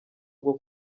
bwo